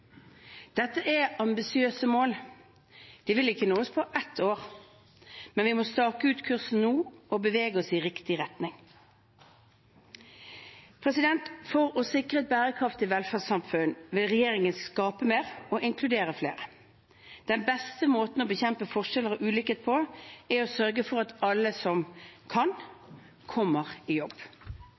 Dette er ambisiøse mål. De vil ikke nås på ett år, men vi må stake ut kursen nå og bevege oss i riktig retning. For å sikre et bærekraftig velferdssamfunn vil regjeringen skape mer og inkludere flere. Den beste måten å bekjempe forskjeller og ulikhet på er å sørge for at alle som kan, kommer i jobb.